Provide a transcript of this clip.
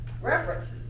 References